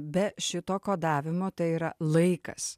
be šito kodavimo tai yra laikas